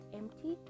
empty